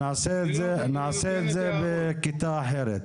נעשה את זה בכיתה אחרת.